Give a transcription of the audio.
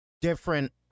different